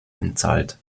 einzahlt